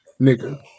Nigga